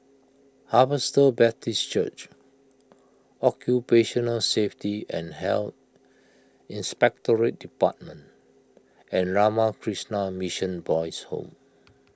Harvester Baptist Church Occupational Safety and Health Inspectorate Department and Ramakrishna Mission Boys' Home